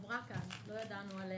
עבר כאן, ולא ידענו עליה.